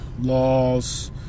laws